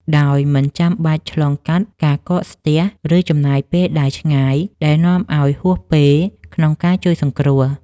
ដោយមិនចាំបាច់ឆ្លងកាត់ការកកស្ទះ ឬចំណាយពេលដើរឆ្ងាយ ដែលនាំឱ្យហួសពេលក្នុងការជួយសង្គ្រោះ។